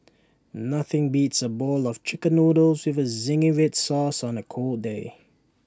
nothing beats A bowl of Chicken Noodles with Zingy Red Sauce on A cold day